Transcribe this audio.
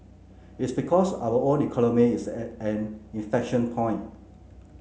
it's because our own economy is at an inflection point